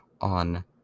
on